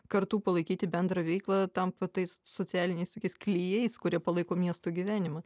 kartu palaikyti bendrą veiklą tampa tais socialiniais klijais kurie palaiko miesto gyvenimą